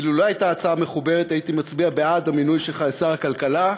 אילולא ההצעה הייתה מחוברת הייתי מצביע בעד המינוי שלך לשר הכלכלה,